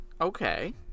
okay